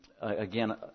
again